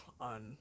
on